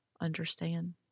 understand